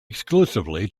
exclusively